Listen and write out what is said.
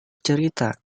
cerita